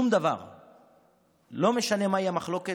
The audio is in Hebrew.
לא משנה מהי המחלוקת,